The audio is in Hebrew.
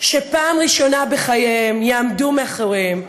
ופעם ראשונה בחייהם יעמדו מאחוריהם,